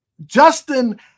Justin